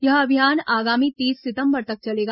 यह अभियान आगामी तीस सितंबर तक चलेगा